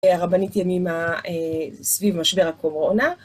הרבנית ימימה סביב משבר הקורונה.